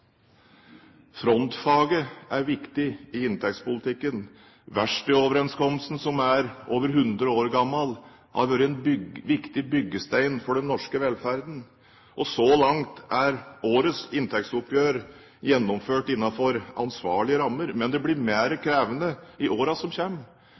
Frontfaget er viktig i inntektspolitikken. Verkstedoverenskomsten, som er over 100 år gammel, har vært en viktig byggestein for den norske velferden. Så langt er årets inntektsoppgjør gjennomført innenfor ansvarlige rammer, men det blir